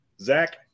Zach